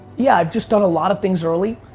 yeah, i've just done a lot of things early.